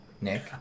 Nick